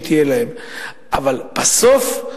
בסוף,